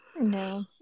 No